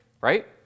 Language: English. right